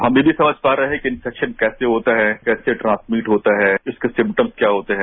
हम ये भी समझ पा रहे हैं कि इन्फ्रेक्शन कैसे होता है कैसे ट्रांसनिट होता है इसके सिग्टम्से क्या होते हैं